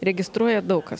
registruoja daug kas